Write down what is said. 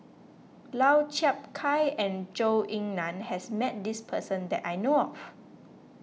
Lau Chiap Khai and Zhou Ying Nan has met this person that I know of